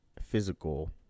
physical